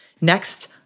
next